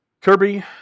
Kirby